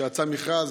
יצא מכרז,